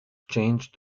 changed